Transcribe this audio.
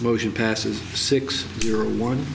motion passes six zero one